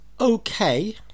okay